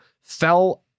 Fell